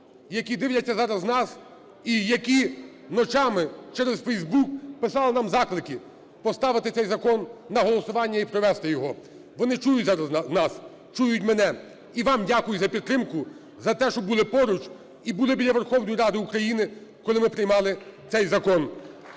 які дивляться зараз нас і які ночами через Фейсбук писали нам заклики поставити цей закон на голосування і провести його. Вони чують зараз нас, чують мене. І вам дякую за підтримку, за те, що були поруч і були біля Верховної Ради України, коли ми приймали цей закон.